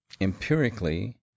empirically